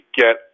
get